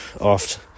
OFT